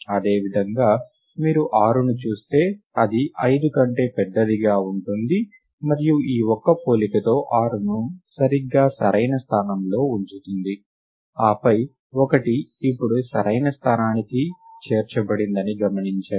అదేవిధంగా మీరు ఆరుని చూస్తే అది ఐదు కంటే పెద్దదిగా ఉంటుంది మరియు ఈ ఒక్క పోలికతో ఆరు ని సరిగ్గా సరైన స్థానంలో ఉంచుతుంది ఆపై ఒకటి ఇప్పుడు సరైన స్థానానికి చేర్చబడిందని గమనించండి